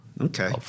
Okay